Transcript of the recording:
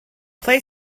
play